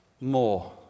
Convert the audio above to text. more